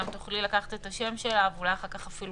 שתוכל לקחת את הפרטים של שלי אבן צור ואולי אחר כך אפילו